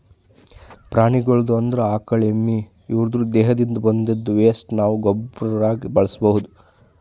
ಪ್ರಾಣಿಗಳ್ದು ಅಂದ್ರ ಆಕಳ್ ಎಮ್ಮಿ ಇವುದ್ರ್ ದೇಹದಿಂದ್ ಬಂದಿದ್ದ್ ವೆಸ್ಟ್ ನಾವ್ ಗೊಬ್ಬರಾಗಿ ಬಳಸ್ಬಹುದ್